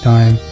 Time